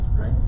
Right